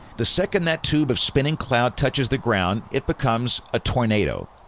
the second that tube of spinning cloud touches the ground, it becomes a tornado.